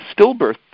stillbirth